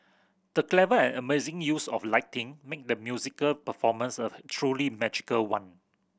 the clever and amazing use of lighting made the musical performance a truly magical one